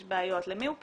יש בעיות, למי הוא פונה?